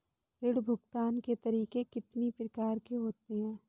ऋण भुगतान के तरीके कितनी प्रकार के होते हैं?